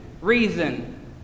reason